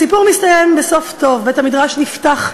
הסיפור מסתיים בטוב: בית-המדרש נפתח,